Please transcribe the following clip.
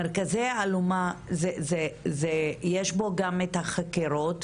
מרכז אלומה, יש בו גם את החקירות,